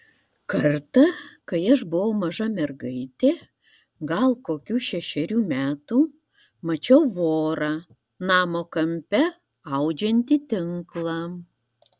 kartą kai aš buvau maža mergaitė gal kokių šešerių metų mačiau vorą namo kampe audžiantį tinklą